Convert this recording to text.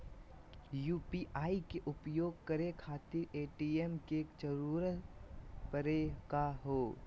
UPI के उपयोग करे खातीर ए.टी.एम के जरुरत परेही का हो?